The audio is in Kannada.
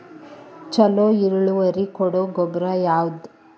ಛಲೋ ಇಳುವರಿ ಕೊಡೊ ಗೊಬ್ಬರ ಯಾವ್ದ್?